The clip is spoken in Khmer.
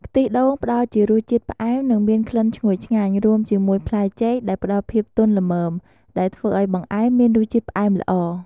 ខ្ទិះដូងផ្តល់ជារសជាតិផ្អែម និងមានក្លិនឈ្ងុយឆ្ងាញ់ រួមជាមួយផ្លែចេកដែលផ្តល់ភាពទន់ ល្មម ដែលធ្វើឱ្យបង្អែមមានរសជាតិផ្អែមល្អ។